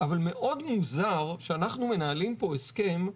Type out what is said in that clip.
אבל מאוד מוזר שאנחנו מנהלים פה הסכם,